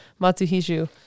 Matsuhiju